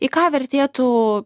į ką vertėtų